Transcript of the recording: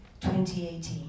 2018